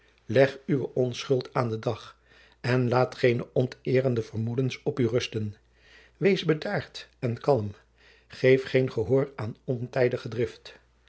leg uwe onschuld aan den dag en laat geene onteerende vermoedens op u rusten wees bedaard en kalm geef geen gehoor aan